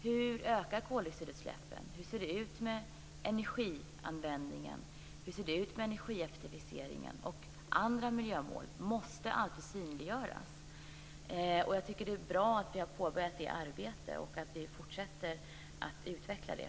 Hur ökar koldioxidutsläppen? Hur ser energianvändningen ut? Hur ser energieffektiviseringen ut? Andra miljömål måste alltid synliggöras. Jag tycker att det är bra att vi har påbörjat det arbetet och att vi fortsätter att utveckla det.